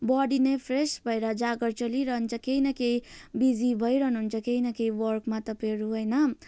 body नै fresh भएर जाँगर चलिरहन्छ केही न केही बिजी भइरहनु हुन्छ केही न केही वर्कमा तपाईँहरू होइन